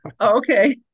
okay